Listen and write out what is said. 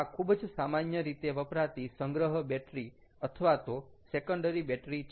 આ ખૂબ જ સામાન્ય રીતે વપરાતી સંગ્રહ બેટરી અથવા તો સેકન્ડરી બેટરી છે